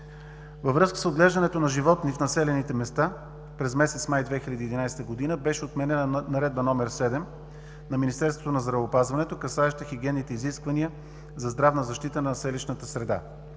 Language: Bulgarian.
Във връзка с отглеждането на животни в населените места през месец май 2011 г. беше отменена Наредба № 7 на Министерството на здравеопазването, касаеща хигиенните изисквания за здравна защита на селищната среда.